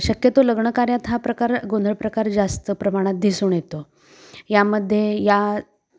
शक्यतो लग्न कार्यात हा प्रकार गोंधळ प्रकार जास्त प्रमाणात दिसून येतो यामध्ये या